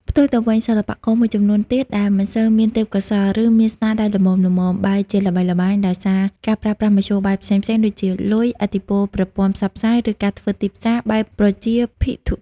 ផ្ទុយទៅវិញ សិល្បករមួយចំនួនទៀតដែលមិនសូវមានទេពកោសល្យ ឬមានស្នាដៃល្មមៗ បែរជាល្បីល្បាញដោយសារការប្រើប្រាស់មធ្យោបាយផ្សេងៗដូចជា លុយ ឥទ្ធិពលប្រព័ន្ធផ្សព្វផ្សាយ ឬការធ្វើទីផ្សារបែបប្រជាភិថុតិ។